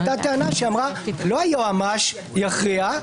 הייתה טענה שאמרה שלא היועץ המשפטי יכריע,